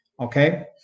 okay